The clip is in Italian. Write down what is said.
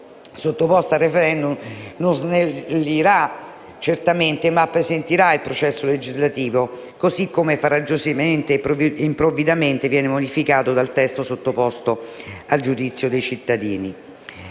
sottoposta a *referendum* non snellirà certamente, ma appesantirà il processo legislativo, così come farraginosamente e improvvidamente viene modificato dal testo sottoposto al giudizio dei cittadini.